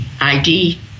ID